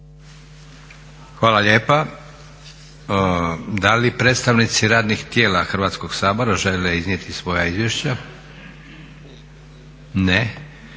Hvala lijepa. Da li predstavnici radnih tijela Hrvatskog sabora žele iznijeti svoja izvješća? Ne.